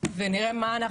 ונראה מה עושים.